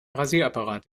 rasierapparat